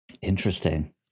Interesting